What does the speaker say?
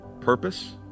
Purpose